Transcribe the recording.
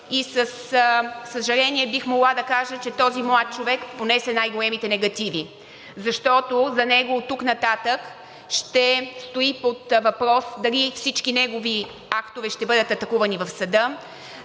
И със съжаление бих могла да кажа, че този млад човек понесе най-големите негативи, защото за него оттук нататък ще стои под въпрос дали всички негови актове ще бъдат атакувани в съда,